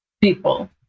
people